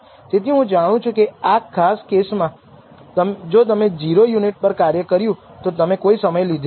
તેથી હું જાણું છું કે આ ખાસ કેસમાં જો તમે 0 યુનિટ પર કાર્ય કર્યું તો તમે કોઈ સમય લીધેલો નહીં હોય